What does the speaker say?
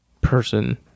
person